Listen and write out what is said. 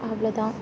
அவ்வளோதான்